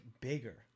bigger